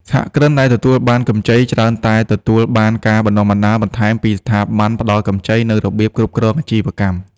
សហគ្រិនដែលទទួលបានកម្ចី ច្រើនតែទទួលបានការបណ្ដុះបណ្ដាលបន្ថែមពីស្ថាប័នផ្ដល់កម្ចីនូវរបៀបគ្រប់គ្រងអាជីវកម្ម។